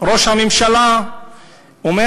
ראש הממשלה אומר